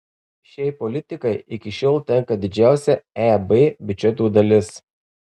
šiai politikai iki šiol tenka didžiausia eb biudžeto dalis